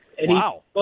wow